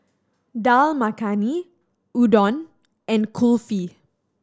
Dal Makhani Udon and Kulfi